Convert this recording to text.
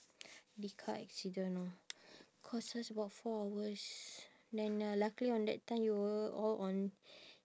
big car accident orh cost us about four hours then uh luckily on that time you were all on